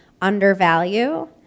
undervalue